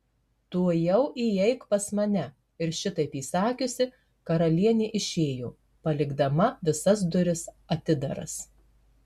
tuojau įeik pas mane ir šitaip įsakiusi karalienė išėjo palikdama visas duris atidaras